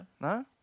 No